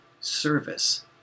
service